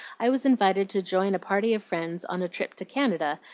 i was invited to join a party of friends on a trip to canada,